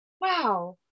Wow